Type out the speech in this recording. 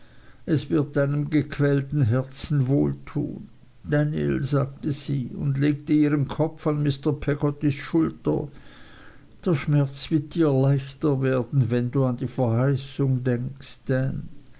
es wird deinem gequälten herzen wohltun daniel sagte sie und legte ihren kopf an mr peggottys schulter der schmerz wird dir leichter werden wenn du an die verheißung denkst